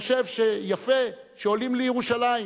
חושב שיפה שעולים לירושלים